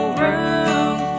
room